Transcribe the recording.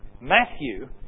Matthew